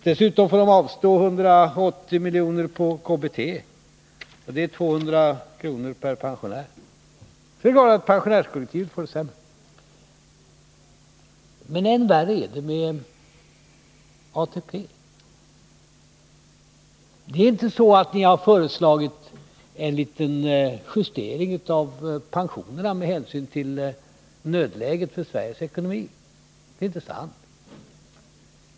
Dessutom får pensionärerna avstå 180 miljoner på KBT, och det är 200 kr. per pensionär. Det är klart att pensionärskollektivet får det sämre. Men än värre är det med ATP. Ni säger att ni har föreslagit en liten justering av pensionerna med hänsyn till nödläget för Sveriges ekonomi. Det är inte sant.